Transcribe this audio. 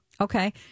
Okay